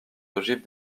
ogives